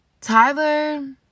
tyler